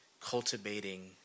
cultivating